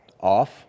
off